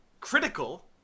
critical